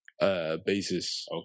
Basis